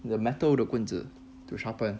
the metal 的棍子 to sharpen